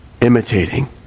imitating